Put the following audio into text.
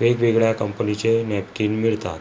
वेगवेगळ्या कंपनीचे नॅपकिन मिळतात